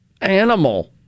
animal